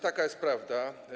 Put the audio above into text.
Taka jest prawda.